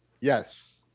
Yes